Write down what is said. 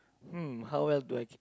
hmm how well do I keep